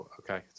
okay